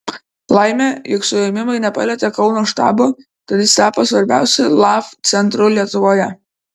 laimė jog suėmimai nepalietė kauno štabo tad jis tapo svarbiausiu laf centru lietuvoje